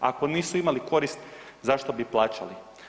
Ako nisu imali korist, zašto bi plaćali.